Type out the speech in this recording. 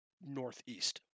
northeast